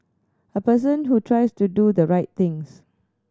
a person who tries to do the right things